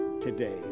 today